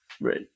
right